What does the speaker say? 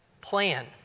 plan